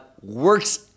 works